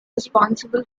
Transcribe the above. responsible